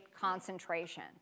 concentration